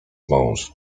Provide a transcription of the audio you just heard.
mąż